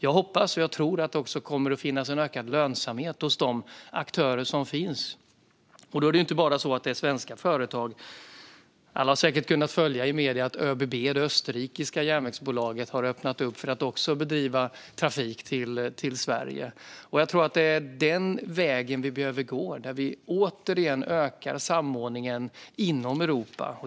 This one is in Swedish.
Jag hoppas och tror att det också kommer att finnas en ökad lönsamhet hos de aktörer som finns, och då handlar det inte bara om svenska företag. Alla har säkert kunna följa i medierna att ÖBB, det österrikiska järnvägsbolaget, har öppnat för att bedriva trafik även till Sverige. Jag tror att vägen vi behöver gå är en ökad samordning inom Europa.